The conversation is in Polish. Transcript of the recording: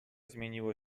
zmieniło